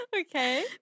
Okay